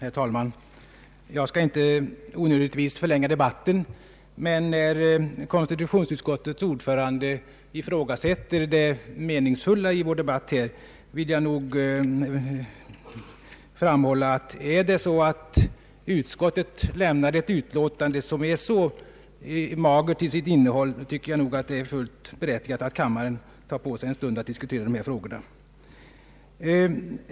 Herr talman! Jag skall inte onödigtvis förlänga debatten, men när konstitutionsutskottets ordförande ifrågasätter det meningsfulla i vår diskussion här vill jag framhålla att då utskottet lämnar ett utlåtande som är så magert till sitt innehåll, så anser jag det vara fullt berättigat att kammaren tar en stund på sig för att diskutera dessa frågor.